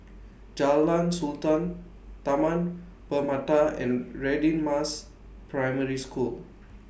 Jalan Sultan Taman Permata and Radin Mas Primary School